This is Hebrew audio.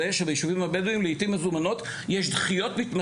שיכולה לזהות את בן האדם ולהתייחס אליו; חזון והזדהות בתי